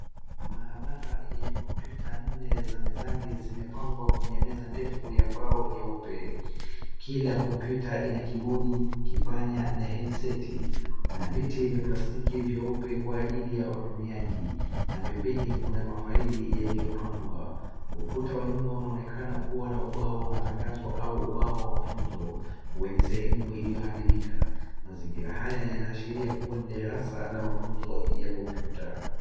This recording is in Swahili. Maabara yenye kompyuta nne za mezani zimepangwa kwenye meza ndefu ya mbao nyeupe. Kila kompyuta ina kibodi, kipanya na [c]headseti . Kuna viti vya plastiki vyeupe kwa ajili ya watumiaji, na pembeni kuna mafaili yaliyopangwa. Ukuta wa nyuma unaonekana kuwa na ubao wa matangazo au ubao wa mafunzo, wenye sehemu iliyoharibika. Mazingira haya yanaashiria kuwa ni darasa la mafunzo ya kompyuta.